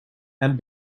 and